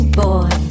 boy